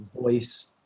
voice